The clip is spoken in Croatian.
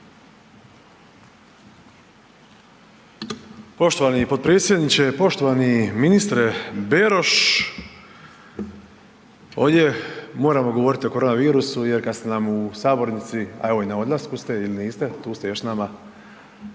Poštovani potpredsjedniče, poštovani ministre Beroš. Ovdje moramo govoriti o koronavirusu jer kad ste nam u sabornici, a evo i na odlasku ste, ili niste? Tu ste još s nama?